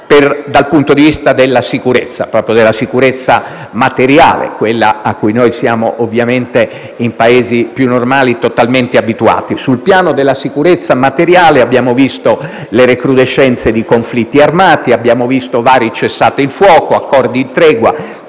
dal punto di vista della sicurezza, proprio della sicurezza materiale, quella a cui noi, in Paesi più normali, siamo totalmente abituati. Sul piano della sicurezza materiale, abbiamo visto le recrudescenze di conflitti armati, abbiamo visto vari cessate il fuoco, accordi di tregua